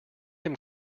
him